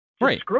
Right